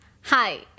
Hi